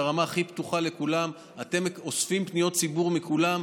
ברמה הכי פתוחה לכולם: אתם אוספים פניות ציבור מכולם.